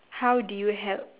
how do you help